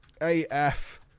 AF